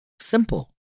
Simple